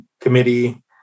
committee